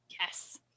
Yes